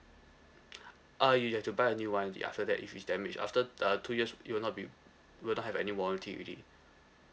uh you you have to buy a new one the after that if it's damage after uh two years it will not be it will not have any warranty already